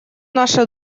наша